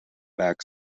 back